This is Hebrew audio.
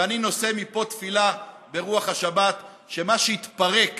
ואני נושא מפה תפילה, ברוח השבת, שמה שיתפרק